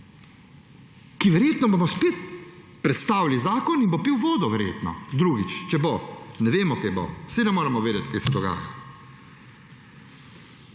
Verjetno bomo spet predstavili zakon in bo pil vodo verjetno, drugič, če bo, ne vem, kaj bo, saj ne moremo vedeti, kaj se dogaja.